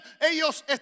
ellos